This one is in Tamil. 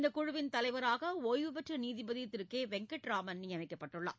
இந்தக்குழுவின் தலைவராக ஒய்வுபெற்ற நீதிபதி திரு கே வெங்கட்ராமன் நியமிக்கப்பட்டுள்ளார்